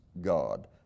God